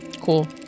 Cool